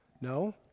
No